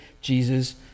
Jesus